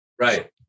Right